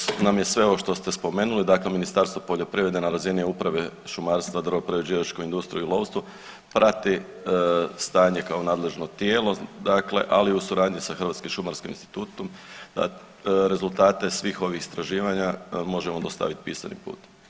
Da, poznato nam je sve ovo što ste spomenuli, dakle Ministarstvo poljoprivrede na razini Uprave šumarstva, u drvoprerađivačkoj industriji i lovstvu prati stanje kao nadležno tijelo dakle, ali u suradnji sa Hrvatskim šumarskim institutom, rezultate svim ovih istraživanja možemo dostavit pisanim putem.